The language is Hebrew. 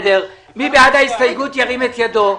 מי בעד ההסתייגות, ירים את ידו.